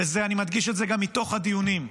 ואני מדגיש את זה גם מתוך הדיונים,